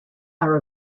are